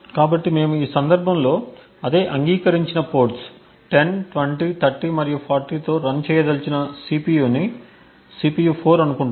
కాబట్టి మేము ఈ సందర్భంలో అదే అంగీకరించిన పోర్ట్స్ 10 20 30 మరియు 40 తో రన్ చేయదలిచిన CPU ని 4 అనుకుంటాము